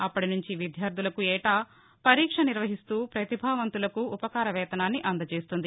అప్పటి నుంచి విద్యార్టులకు ఏటా పరీక్ష నిర్వహిస్తూ ప్రతిభావంతులకు ఉపకార వేతనాన్ని అందజేస్తోంది